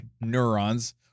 neurons